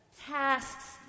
tasks